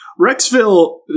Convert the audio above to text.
Rexville